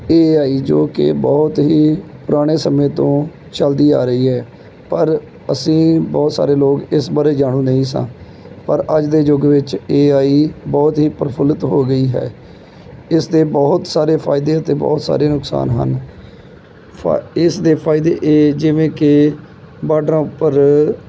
ਏ I ਜੋ ਕਿ ਬਹੁਤ ਹੀ ਪੁਰਾਣੇ ਸਮੇਂ ਤੋਂ ਚੱਲਦੀ ਆ ਰਹੀ ਹੈ ਪਰ ਅਸੀਂ ਬਹੁਤ ਸਾਰੇ ਲੋਕ ਇਸ ਬਾਰੇ ਜਾਣੂ ਨਹੀਂ ਸਾਂ ਪਰ ਅੱਜ ਦੇ ਯੁਗ ਵਿੱਚ ਏ ਆਈ ਬਹੁਤ ਹੀ ਪ੍ਰਫੁਲਿੱਤ ਹੋ ਗਈ ਹੈ ਇਸ ਦੇ ਬਹੁਤ ਸਾਰੇ ਫ਼ਾਇਦੇ ਅਤੇ ਬਹੁਤ ਸਾਰੇ ਨੁਕਸਾਨ ਹਨ ਫਾ ਇਸ ਦੇ ਫ਼ਾਇਦੇ ਏ ਜਿਵੇਂ ਕਿ ਬਾਰਡਰਾਂ ਉੱਪਰ